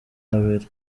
babiri